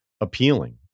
appealing